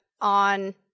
on